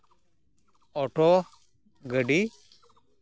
auto ᱜᱟᱹᱰᱤ